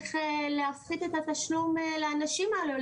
שצריך להפחית את התשלום לאנשים הללו או